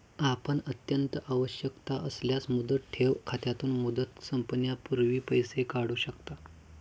आपण अत्यंत आवश्यकता असल्यास मुदत ठेव खात्यातून, मुदत संपण्यापूर्वी पैसे काढू शकता